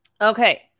Okay